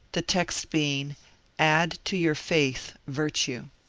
the text being add to your faith virtue.